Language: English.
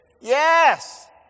Yes